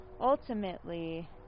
ultimately